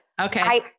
Okay